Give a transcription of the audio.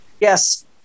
Yes